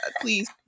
please